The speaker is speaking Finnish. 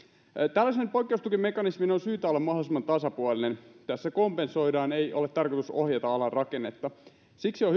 tällaisen poikkeustukimekanismin on syytä olla mahdollisimman tasapuolinen tässä kompensoidaan ei ole tarkoitus ohjata alan rakennetta siksi on